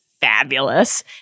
fabulous